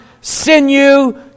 sinew